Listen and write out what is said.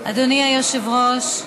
אדוני היושב-ראש,